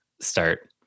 start